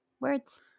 Words